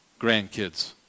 grandkids